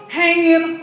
hanging